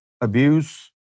abuse